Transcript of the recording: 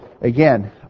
again